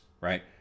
right